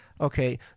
okay